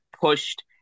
pushed